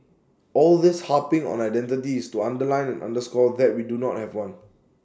all this harping on identity is to underline and underscore that we do not have one